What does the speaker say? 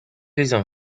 reason